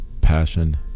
passion